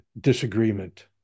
disagreement